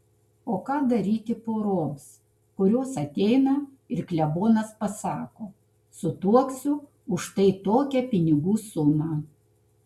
o ką daryti poroms kurios ateina ir klebonas pasako sutuoksiu už štai tokią pinigų sumą